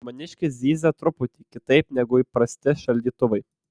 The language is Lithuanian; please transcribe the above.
maniškis zyzia truputį kitaip negu įprasti šaldytuvai